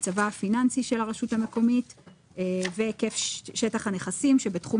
מצבה הפיננסי של הרשות המקומית והיקף שטח הנכסים שבתחום